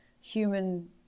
human